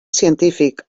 científic